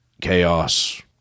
chaos